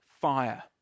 fire